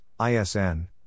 ISN